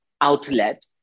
outlet